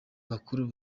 bakuru